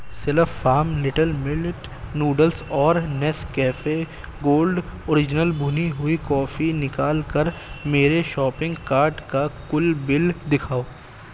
صرف farm little millet noodles اور Nescafe gold original بھنی ہوئی کافی نکال کر میرے شاپنگ کارٹ کا کل بل دکھاؤ